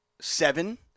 seven